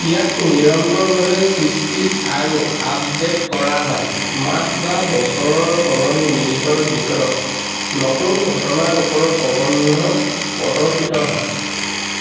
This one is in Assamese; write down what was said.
ইয়াক নিৰন্তৰভাৱে সৃষ্টি আৰু আপডেট কৰা হয় মাহ বা বছৰৰ সলনি মিনিটৰ ভিতৰত নতুন ঘটনাৰ ওপৰত প্ৰবন্ধ প্ৰদৰ্শিত হয়